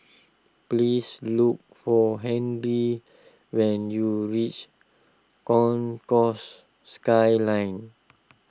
please look for Henry when you reach Concourse Skyline